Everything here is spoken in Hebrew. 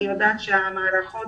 אני יודעת שהסייעות